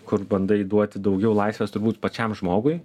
kur bandai duoti daugiau laisvės turbūt pačiam žmogui